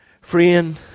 Friend